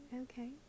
okay